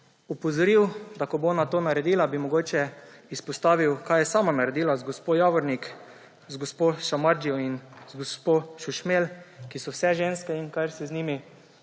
opozoril, da ko bo ona to naredila, bi mogoče izpostavil, kaj je sama naredila z gospo Javornik, z gospo Samardžija in z gospo Šušmelj, ki so vse ženske, in kaj se z njimi